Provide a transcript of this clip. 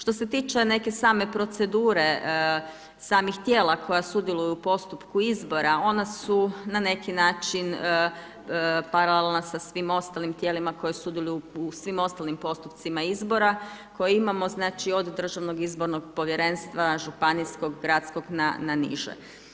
Što se tiče neke same procedure samih tijela koja sudjeluju u postupku izbora, ona su na neki način paralelna sa svim ostalim tijelima koja sudjeluju u svim ostalim postupcima izbora koje imamo, znači od državnog izbornog povjerenstva, županijskog, gradskog na niže.